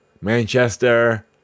Manchester